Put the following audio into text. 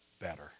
better